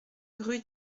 rue